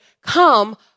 come